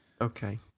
Okay